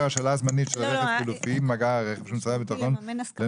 השאלה זמנית של רכב חלופי ממאגר הרכב של משרד הביטחון לנכה,